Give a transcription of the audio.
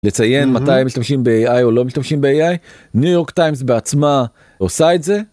לציין מתי משתמשים ב-AI או לא משתמשים ב-AI, ניו יורק טיימס בעצמה עושה את זה.